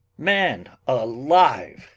man alive!